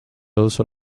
also